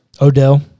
Odell